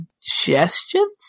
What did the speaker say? suggestions